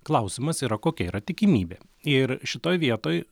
klausimas yra kokia yra tikimybė ir šitoj vietoj